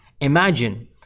imagine